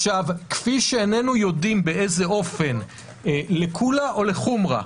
כפי שאיננו יודעים, לקולא או לחומרא.